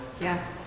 Yes